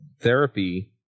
therapy